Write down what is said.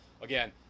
again